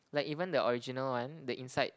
like even the original one the inside